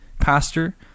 pastor